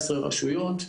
18 רשויות.